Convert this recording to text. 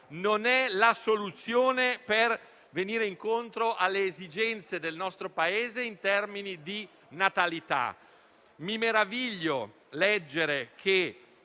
non è la soluzione per venire incontro alle esigenze del nostro Paese in termini di natalità. Mi meraviglio nel leggere che